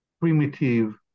primitive